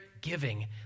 giving